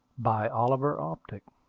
by oliver optic